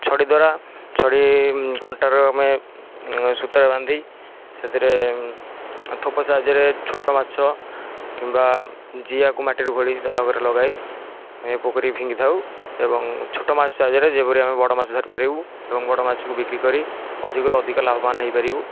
ଛଡ଼ି ଦ୍ୱାରା ଛଡ଼ି କଣ୍ଟାରେ ଆମେ ସୁତାରେ ବାନ୍ଧି ସେଥିରେ ଥୋପ ସାହାଯ୍ୟରେ ଛୋଟ ମାଛ କିମ୍ବା ଜିଆକୁ ମାଟିରୁ ଖୋଳି ଲଗାଇ ପୋଖରୀରେ ଫିଙ୍ଗି ଥାଉ ଏବଂ ଛୋଟ ମାଛ ସାହାଯ୍ୟରେ ବଡ଼ ମାଛ ଧରି ପାରିବୁ ଏବଂ ବଡ଼ ମାଛକୁ ବିକ୍ରି କରି ଅଧିକରୁ ଅଧିକ ଲାଭବାନ ହୋଇ ପାରିବୁ